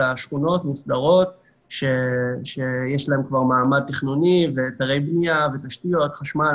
אלא שכונות מוסדרות שיש להן כבר מעמד תכנוני והיתרי בנייה ותשתיות חשמל,